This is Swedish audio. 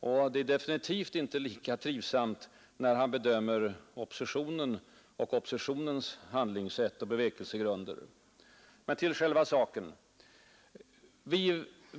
Och det är definitivt inte lika trivsamt när han bedömer oppositionen och oppositionens handlingssätt och bevekelsegrunder. Till själva saken.